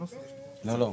נעולה.